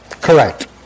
Correct